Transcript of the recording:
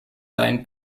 seinen